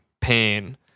pain